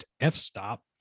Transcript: f-stop